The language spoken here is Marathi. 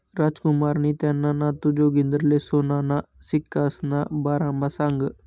रामकुमारनी त्याना नातू जागिंदरले सोनाना सिक्कासना बारामा सांगं